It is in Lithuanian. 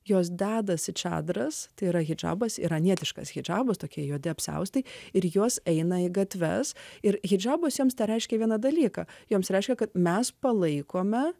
jos dedasi čadros tai yra hidžabas iranietiškas hidžabas tokie juodi apsiaustai ir jos eina į gatves ir hidžabus joms tereiškia vieną dalyką joms reiškia kad mes palaikome